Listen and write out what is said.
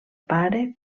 pare